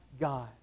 God